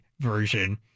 version